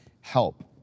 help